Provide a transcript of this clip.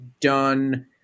done